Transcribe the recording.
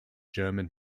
german